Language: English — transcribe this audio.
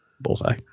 bullseye